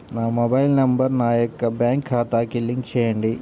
నా mobile number నా యొక్క బ్యాంక్ ఖాతాకి లింక్ చేయండీ?